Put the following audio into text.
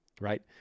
right